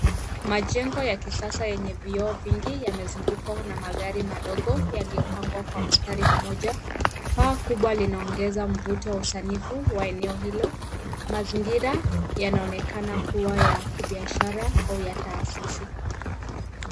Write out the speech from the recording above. Majengo ya kisasa yenye vioo vingi yamezungukwa na magari madogo yaliyopangwa kwa msitari mmoja. Paa kubwa linaongeza mvuto wa usanifu wa eneo hilo. Mazingira yanaonekana kuwa ya kibiasha au ya taasisi.